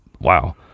Wow